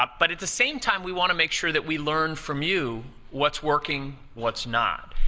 um but at the same time, we want to make sure that we learn from you what's working, what's not.